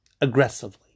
Aggressively